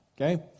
okay